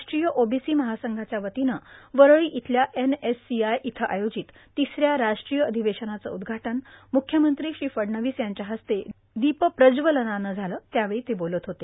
राष्ट्रीय ओबीसी महासंघाच्यावतीनं वरळी इथल्या एनएससीआय इथं आयोजित तिसऱ्या राष्ट्रीय अधिवेशनाचं उद्घाटन मुख्यमंत्री श्री फडणवीस यांच्या हस्ते दीपप्रज्वलनानं झालं त्यावेळी ते बोलत होते